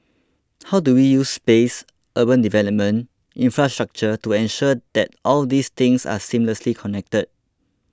how do we use space urban development infrastructure to ensure that all these things are seamlessly connected